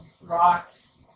rocks